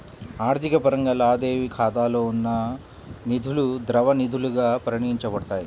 ఆర్థిక పరంగా, లావాదేవీ ఖాతాలో ఉన్న నిధులుద్రవ నిధులుగా పరిగణించబడతాయి